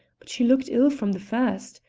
but she looked ill from the first,